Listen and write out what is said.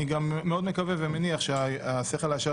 אני גם מאוד מקווה ומניח שהשכל הישר